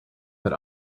that